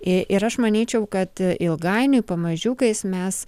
ir aš manyčiau kad ilgainiui pamažiukais mes